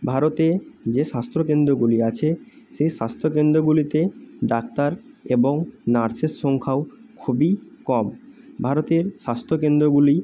ভারতে যে স্বাস্থ্য কেন্দ্রগুলি আছে সেই স্বাস্থ্য কেন্দ্রগুলিতে ডাক্তার এবং নার্সের সংখ্যাও খুবই কম ভারতের স্বাস্থ্য কেন্দ্রগুলি